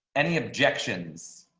any objections.